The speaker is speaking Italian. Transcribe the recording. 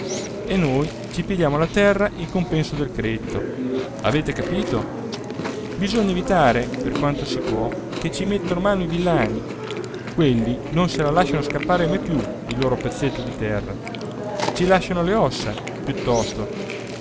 e noi ci pigliamo la terra in compenso del credito avete capito bisogna evitare per quanto si può che ci mettano mano i villani quelli non se lo lasciano scappare mai più il loro pezzetto di terra ci lasciano le ossa piuttosto